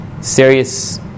serious